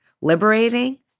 Liberating